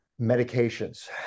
medications